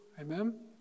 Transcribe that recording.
Amen